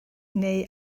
neu